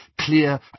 clear